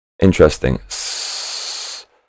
interesting